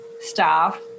staff